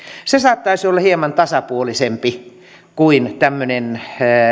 se saattaisi olla hieman tasapuolisempi kuin tämmöinen